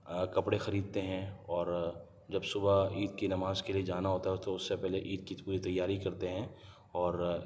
کپڑے خریدتے ہیں اور جب صبح عید کی نماز کے لئے جانا ہوتا ہے تو اس سے پہلے عید کی پوری تیاری کرتے ہیں اور